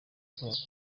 akazi